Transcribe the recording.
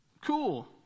Cool